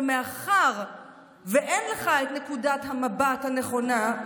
אבל מאחר שאין לך את נקודת המבט הנכונה,